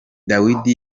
dawidi